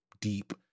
deep